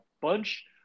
bunch